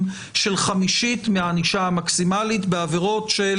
של חמישית מהענישה המקסימלית בעבירות של